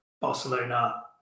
Barcelona